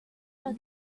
los